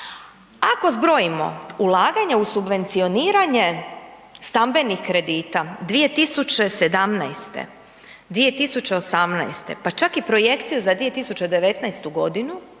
Ako zbrojimo ulaganje u subvencioniranje stambenih kredita 2017., 2018., pa čak i projekcije za 2019. g.,